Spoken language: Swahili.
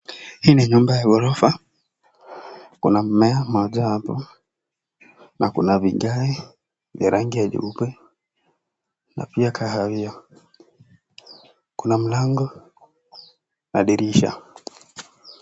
Hii ni nyumba ya ghorofa . Kuna mmea moja hapa na kuna vigae vya rangi ya nyeupe na pia kahawia . Kuna mlango na dirisha.